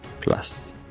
Plus